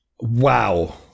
wow